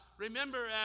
remember